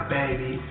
baby